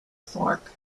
fork